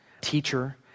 teacher